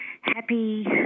happy